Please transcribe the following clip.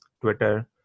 Twitter